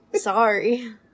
Sorry